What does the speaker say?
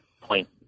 point